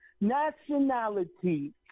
nationality